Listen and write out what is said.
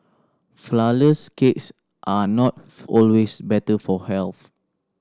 flourless cakes are not always better for health